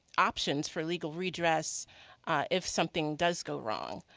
options for legal redress if something does go wrong.